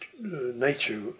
nature